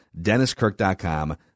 DennisKirk.com